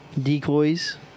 decoys